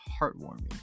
heartwarming